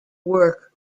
work